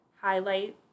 highlight